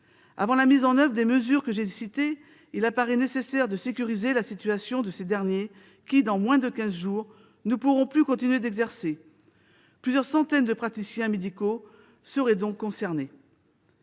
Avant la mise en oeuvre des mesures que j'ai citées, il apparaît nécessaire de sécuriser la situation de ces derniers, qui, dans moins de quinze jours, ne pourront plus continuer d'exercer. Plusieurs centaines de praticiens médicaux seraient concernées.